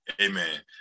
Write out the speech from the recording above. amen